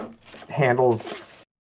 handles